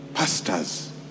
Pastors